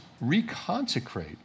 reconsecrate